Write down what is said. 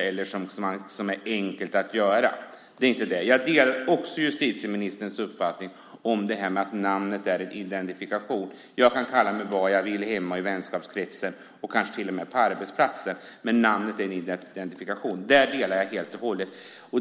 är något som är enkelt att göra utan vidare. Jag delar justitieministerns uppfattning om att namnet är en identifikation. Jag kan kalla mig vad jag vill hemma, i vänkretsen och kanske till och med på arbetsplatsen, men namnet är en identifikation. Där håller jag helt och hållet med.